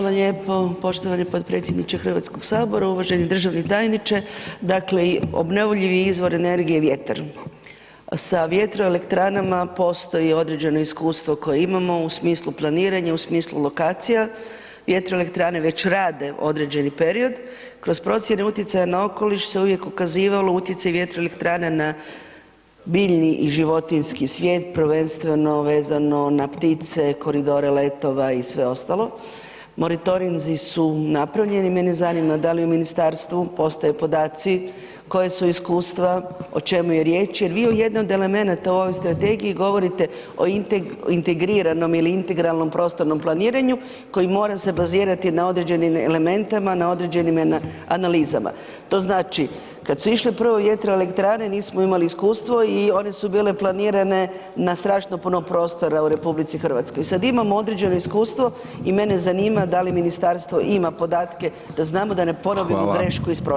Hvala lijepo poštovani potpredsjedniče HS, uvaženi državni tajniče, dakle obnovljivi izvor energije je vjetar, sa vjetroelektranama postoji određeno iskustvo koje imamo u smislu planiranja, u smislu lokacija, vjetroelektrane već rade određeni period, kroz procjene utjecaja na okoliš se uvijek ukazivalo utjecaj vjetroelektrana na biljni i životinjski svijet, prvenstveno vezano na ptice, koridore letova i sve ostalo, moritorinzi su napravljeni, mene zanima da li u ministarstvu postoje podaci koja su iskustva, o čemu je riječ, jer vi jedno od elemenata u ovoj strategiji govorite o integriranom ili integralnom prostornom planiranju koji mora se bazirati na određenim elementima, na određenim analizama, to znači kad su prvo išle vjetroelektrane nismo imali iskustvo i one su bile planirane na strašno puno prostora u RH i sad imamo određeno iskustvo i mene zanima da li ministarstvo ima podatke da znamo da ne [[Upadica: Hvala]] ponavljamo grešku iz prošlosti.